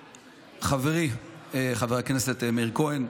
חברי חבר הכנסת מאיר כהן,